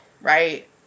right